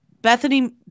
Bethany